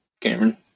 cameron